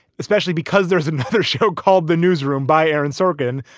especially because there's another show called the newsroom by aaron sorkin.